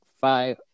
five